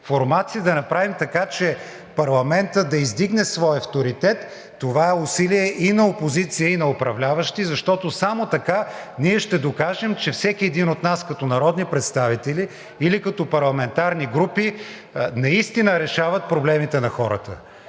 да направим така, че парламентът да издигне своя авторитет. Това е усилие и на опозицията, и на управляващите, защото само така ние ще докажем, че всеки един от нас като народни представители или като парламентарни групи наистина решава проблемите на хората.